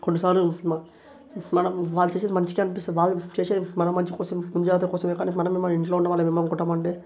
కొన్నిసార్లు మన మనం వాళ్ళు చేసేది మంచికే అనిపిస్తుంది వాళ్ళు చేసేది మన మంచికోసమే ముందు జాగ్రత్త కోసమే కానీ మనమేమో ఇంట్లో ఉన్నవాళ్ళమేమనుకుంటాము అంటే